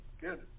good